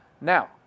Now